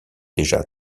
déjà